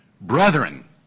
brethren